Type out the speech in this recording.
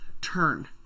turn